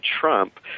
trump